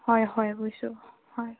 হয় হয় বুজিছো হয়